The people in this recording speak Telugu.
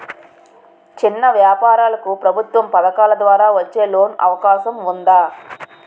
చిన్న వ్యాపారాలకు ప్రభుత్వం పథకాల ద్వారా వచ్చే లోన్ అవకాశం ఉందా?